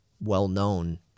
well-known